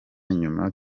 nyuma